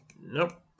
Nope